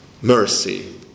mercy